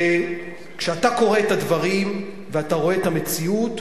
וכשאתה קורא את הדברים ואתה רואה את המציאות,